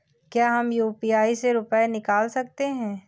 क्या हम यू.पी.आई से रुपये निकाल सकते हैं?